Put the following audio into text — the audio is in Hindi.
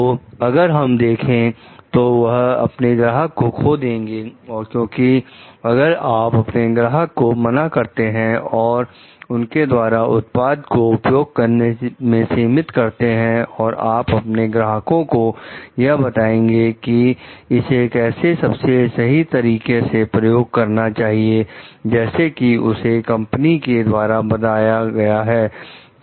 तो अगर हम देखें तो वह अपने ग्राहक को खो देंगे और क्योंकि अगर आप अपने ग्राहक को मना करते हैं और उनके द्वारा उत्पाद को उपयोग करने से सीमित करते हैं और आप अपने ग्राहकों को यह बताएंगे कि इसे कैसे सबसे सही तरीके से प्रयोग करना चाहिए जैसा कि उसे कंपनी के द्वारा बताया गया है